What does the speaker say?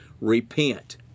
Repent